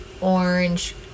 orange